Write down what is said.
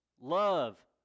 love